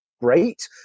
great